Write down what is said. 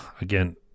again